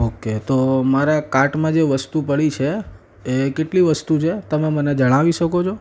okay તો મારા કાર્ટમાં જે વસ્તુ પડી છે એ કેટલી વસ્તુ છે તમે મને જણાવી શકો છો